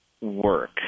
work